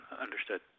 understood